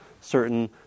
certain